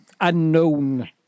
unknown